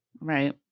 Right